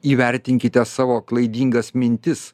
įvertinkite savo klaidingas mintis